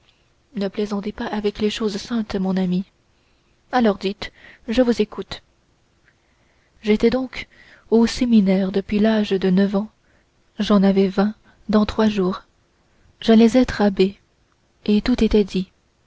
ne plaisantez pas avec les choses saintes mon ami alors dites je vous écoute j'étais donc au séminaire depuis l'âge de neuf ans j'en avais vingt dans trois jours j'allais être abbé et tout était dit